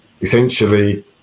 essentially